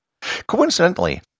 Coincidentally